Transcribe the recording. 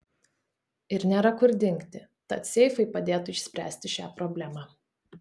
ir nėra kur dingti tad seifai padėtų išspręsti šią problemą